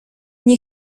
nie